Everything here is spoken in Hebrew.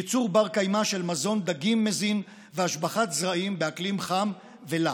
ייצור בר-קיימא של מזון דגים מזין והשבחת זרעים באקלים חם ולח".